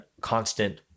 constant